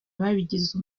babigize